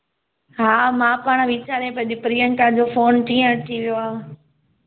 हा मां पाण वीचारयां पई अॼु प्रियंका जो फोन कीअं अची वियो आहे